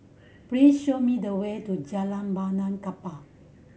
please show me the way to Jalan Benaan Kapal